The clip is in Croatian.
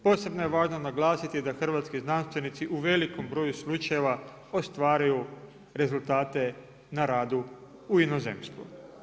Posebno je važno naglasiti da hrvatski znanstvenici u velikom broju slučajeva ostvaruju rezultate na radu u inozemstvu.